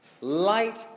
light